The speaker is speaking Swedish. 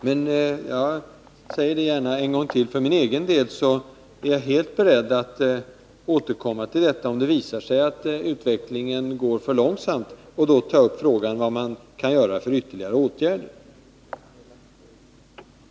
Men för min egen del är jag, och det säger jag gärna en gång till, helt beredd att, om det visar sig att utvecklingen går för långsamt, återkomma till frågan och då ta upp spörsmålet vilka ytterligare åtgärder som kan vidtas.